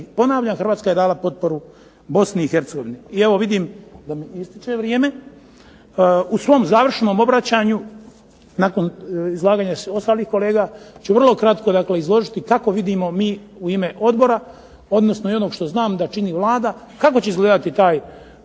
ponavljam, HRvatska je dala potporu Bosni i Hercegovini. Vidim da mi ističe vrijeme. U svom završnom obraćanju nakon izlaganja ostalih kolega ću vrlo kratko izložiti kako vidimo mi u ime odbora odnosno i onog što znam da čini Vlada, kako će izgledati ta